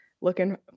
looking